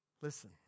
Listen